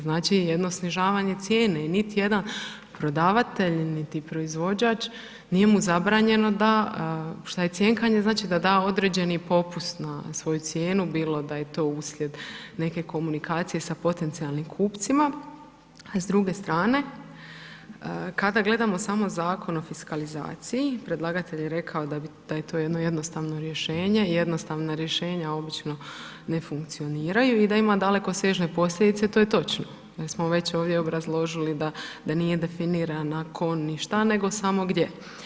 Znači jedno snižavanje cijene, niti jedan prodavatelj, niti proizvođač nije mu zabranjeno da, šta je cjenkanje, znači, da da određeni popust na svoju cijenu, bilo da je to uslijed neke komunikacije sa potencijalnim kupcima, s druge strane kada gledamo samo Zakon o fiskalizaciji, predlagatelj je rekao da je to jedno jednostavno rješenje, jednostavna rješenja obično ne funkcioniraju i da ima dalekosežne posljedice, to je točno, jer smo već ovdje obrazložiti da nije definirana tko, ni šta, nego samo gdje.